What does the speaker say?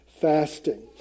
fasting